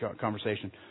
conversation